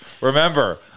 Remember